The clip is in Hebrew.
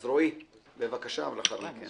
אז, רועי, בבקשה, ולאחר מכן אתה.